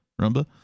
Rumba